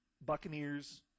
Buccaneers